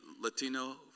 Latino